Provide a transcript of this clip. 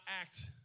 act